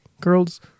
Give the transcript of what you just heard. girls